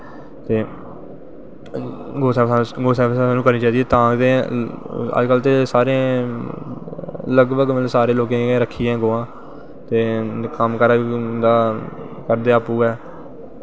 ते गौ सेवा स्हानू करनी चाहगी दी ते स्हानू तां गै अज्ज कल ते सारें लगभग मतलव सारें लोकें रक्खी दियां गवां ते मतलव कम्म काज़ बी उंदा करदे अप्पूं गै